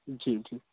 जी जी